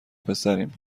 پسریم